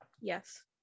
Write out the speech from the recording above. Yes